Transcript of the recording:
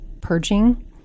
purging